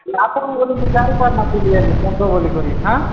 ଆପଣ ବୋଲି ମୁଁ ଜାଣିପାରି ନଥିଲି ହେଲେ ବୋଲିକରି ହାଁ